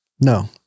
No